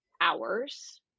hours